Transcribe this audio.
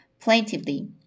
plaintively